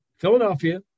Philadelphia